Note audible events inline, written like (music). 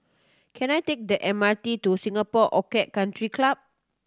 can I take the M R T to Singapore (unintelligible) Country Club